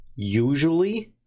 usually